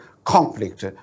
conflict